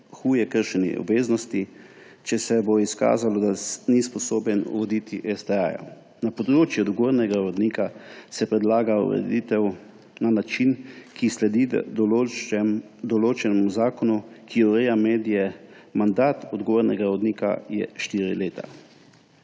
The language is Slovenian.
huje kršene obveznosti; če se bo izkazalo, da ni sposoben voditi STA. Na področju odgovornega urednika se predlaga ureditev na način, ki sledi določbam zakona, ki ureja medije; mandat odgovornega urednika je štiri leta.